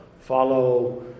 follow